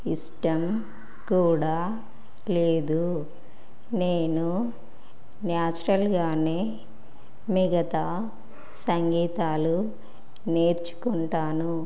ఇష్టం కూడా లేదు నేను న్యాచురల్గానే మిగతా సంగీతాలు నేర్చుకుంటాను